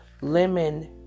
lemon